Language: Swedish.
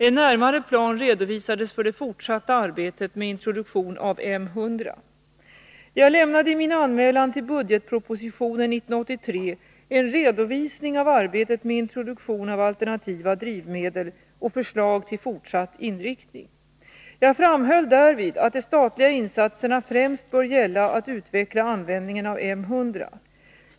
En närmare plan redovisades för det fortsatta arbetet med introduktion av M 100. Jag lämnade i min anmälan till budgetpropositionen 1983 en redovisning av arbetet med introduktion av alternativa drivmedel och förslag till fortsatt inriktning. Jag framhöll därvid att de statliga insatserna främst bör gälla att utveckla användningen av M 100.